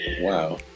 Wow